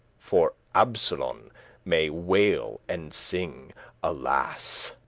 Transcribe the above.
for absolon may wail and sing alas!